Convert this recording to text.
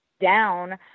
down